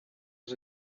was